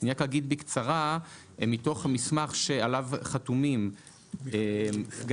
אני רק אגיד בקצרה מתוך המסמך שעליו חתומים סגן